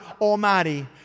Almighty